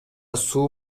суу